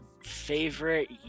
Favorite